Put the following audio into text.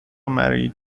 married